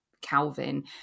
Calvin